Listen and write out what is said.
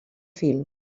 fil